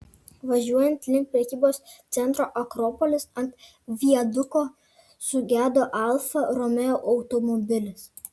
važiuojant link prekybos centro akropolis ant viaduko sugedo alfa romeo automobilis